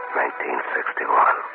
1961